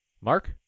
Mark